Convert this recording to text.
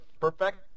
perfect